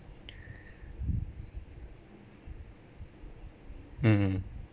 mmhmm